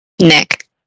Nick